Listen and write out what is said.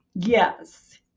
yes